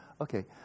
Okay